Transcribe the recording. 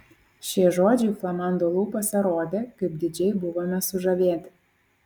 šie žodžiai flamando lūpose rodė kaip didžiai buvome sužavėti